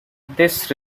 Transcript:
this